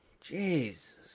Jesus